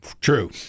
True